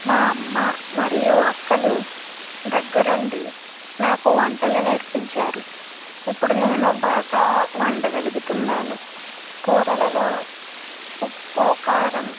మా అమ్మ మరియు అక్కలు దగ్గరుండి నాకు వంటలు నేర్పించారు ఇప్పుడు నేను బాగా వండగలుగుతున్నాను కూరలలో ఉప్పు కారం